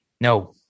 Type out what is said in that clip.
No